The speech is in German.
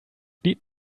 lied